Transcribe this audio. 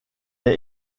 est